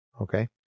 Okay